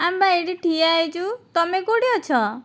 ଆମେ ପା ଏଇଠି ଠିଆ ହୋଇଛୁ ତୁମେ କେଉଁଠି ଅଛ